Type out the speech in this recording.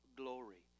glory